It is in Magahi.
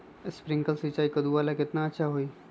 स्प्रिंकलर सिंचाई कददु ला केतना अच्छा होई?